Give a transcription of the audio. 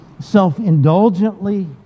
self-indulgently